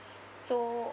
so